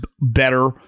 better